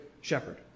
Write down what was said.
shepherd